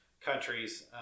countries